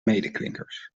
medeklinkers